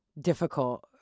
difficult